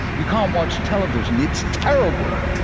you can't watch television. it's terrible.